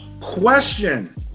question